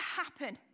happen